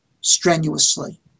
strenuously